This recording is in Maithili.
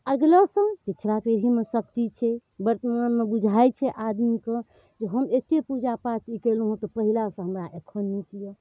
अगिलो सऽ पिछला पीढ़ीमे शक्ति छै बर्तमानमे बुझाइ छै आदमीके जे हम एते पूजापाठ केलहुॅं हँ तऽ पहिला सऽ हमरा एखन नीक यऽ